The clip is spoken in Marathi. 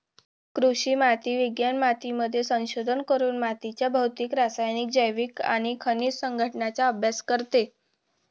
कृषी माती विज्ञान मातीमध्ये संशोधन करून मातीच्या भौतिक, रासायनिक, जैविक आणि खनिज संघटनाचा अभ्यास करते